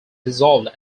dissolved